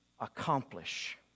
accomplish